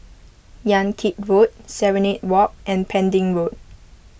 Yan Kit Road Serenade Walk and Pending Road